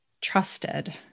Trusted